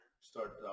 Start